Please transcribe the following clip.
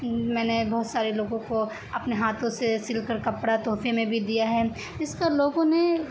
میں نے بہت سارے لوگوں کو اپنے ہاتھوں سے سل کر کپڑا تحفے میں بھی دیا ہے اس کا لوگوں نے